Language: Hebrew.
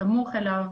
בסמוך אליו,